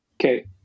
Okay